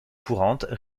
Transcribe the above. courantes